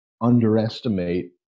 underestimate